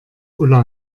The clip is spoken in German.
ulla